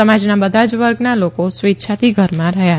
સમાજના બધા જ વર્ગના લોકો સ્વે ચ્છાથી ઘરમાં રહ્યા છે